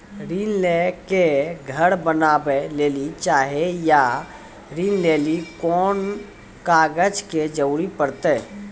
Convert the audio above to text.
ऋण ले के घर बनावे लेली चाहे या ऋण लेली कोन कागज के जरूरी परतै?